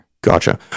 Gotcha